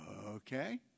Okay